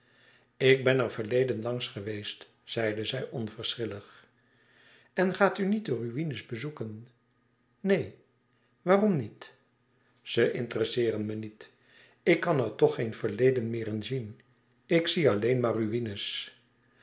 ik ben er verleden langs geweest zeide zij onverschillig en gaat u niet de ruïnes bezoeken neen waarom niet ze interesseeren me niet ik kan er toch geen verleden meer in zien ik zie alleen maar ruïnes